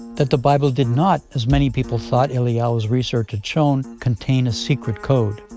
that the bible did not, as many people thought eliyahu's research had shown, contain a secret code.